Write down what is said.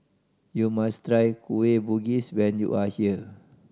you must try Kueh Bugis when you are here